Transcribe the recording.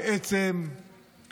שהיא בעצם חד-משמעית,